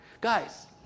Guys